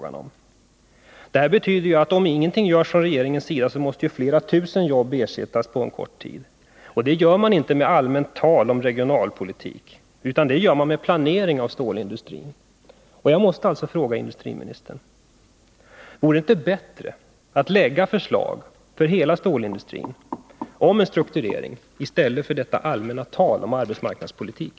Allt detta betyder att om ingenting görs måste flera tusen jobb ersättas på kort tid. Det gör man inte med allmänt tal om regionalpolitik utan man gör det med planering av stålindustrin. Jag måste därför fråga industriministern: Vore det inte bättre att lägga fram förslag för hela stålindustrin om en strukturering i stället för att tala allmänt om arbetsmarknadspolitik?